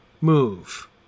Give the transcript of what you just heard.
move